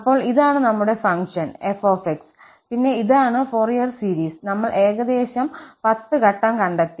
അപ്പോൾ ഇതാണ് നമ്മുടെ ഫംഗ്ഷൻ 𝑓𝑥 പിന്നെ ഇതാണ് ഫോറിയർ സീരീസ് നമ്മൾ ഏകദേശം 10 ഘട്ടം കണ്ടെത്തി